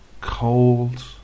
cold